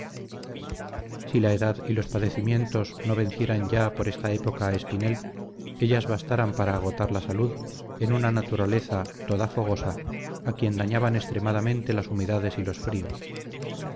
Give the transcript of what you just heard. si la edad y los padecimientos no vencieran ya por esta época a espinel ellas bastaran para agotar la salud en una naturaleza toda fogosa a quien dañaban extremadamente las humedades y los fríos